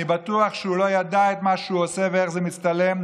אני בטוח שהוא לא ידע מה הוא עושה ואיך זה מצטלם,